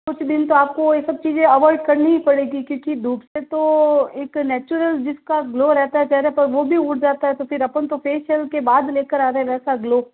कुछ दिन तो आपको ये सब चीज़ें अवॉयड करनी ही पड़ेगी क्योंकि धूप से तो एक नैचुरल जिसका ग्लो रहता है चेहरे पर वो भी उड़ जाता है तो फिर अपन तो फेशियल के बाद लेकर आ रहे वैसा ग्लो